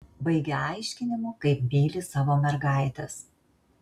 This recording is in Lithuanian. baigia aiškinimu kaip myli savo mergaites